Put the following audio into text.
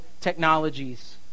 technologies